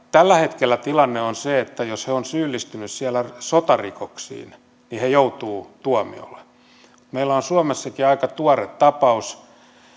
tällä hetkellä tilanne on se että jos he ovat syyllistyneet siellä sotarikoksiin he joutuvat tuomiolle meillä on suomessakin aika tuore tapaus